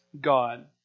God